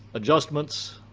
adjustments,